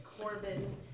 Corbin